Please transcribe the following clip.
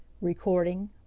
Recording